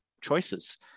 choices